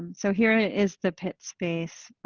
and so here is the pit space